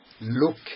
look